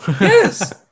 Yes